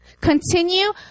Continue